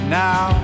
now